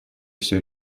все